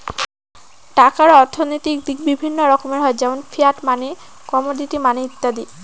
টাকার অর্থনৈতিক দিক বিভিন্ন রকমের হয় যেমন ফিয়াট মানি, কমোডিটি মানি ইত্যাদি